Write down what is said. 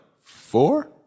four